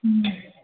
ம்